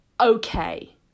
Okay